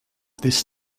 this